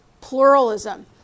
pluralism